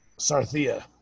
Sarthea